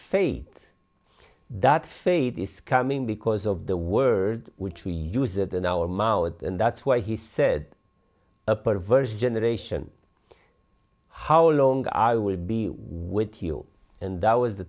faith that faith is coming because of the word which we use it in our mouth and that's why he said a perverse generation how long i would be with you and that was the